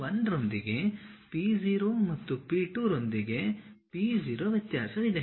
P1 ರೊಂದಿಗೆ P0 ಮತ್ತು P2 ರೊಂದಿಗೆ P0 ವ್ಯತ್ಯಾಸವಿದೆ